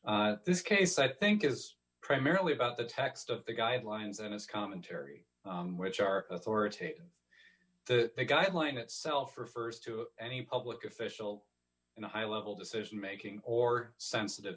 case this case i think is primarily about the text of the guidelines and his commentary which are authoritative the guideline itself refers to any public official in a high level decision making or sensitive